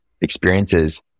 experiences